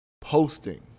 posting